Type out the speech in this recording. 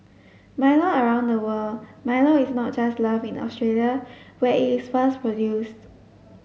Milo around the world Milo is not just loved in Australia where it first produce